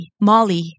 Molly